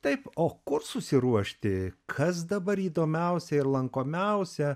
taip o kur susiruošti kas dabar įdomiausia ir lankomiausia